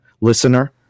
listener